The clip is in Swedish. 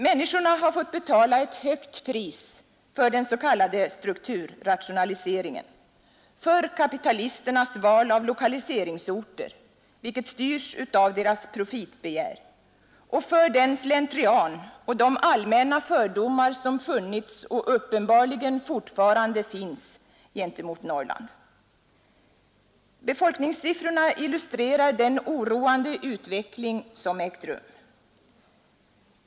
Människorna har fått betala ett högt pris för den s.k. strukturrationaliseringen, för kapitalisternas val av lokaliseringsorter — vilket styrs av deras profitbegär — och för den slentrian och de allmänna fördomar som funnits och uppenbarligen fortfarande finns gentemot Norrland. Befolkningssiffrorna illustrerar den oroande utveckling som ägt rum.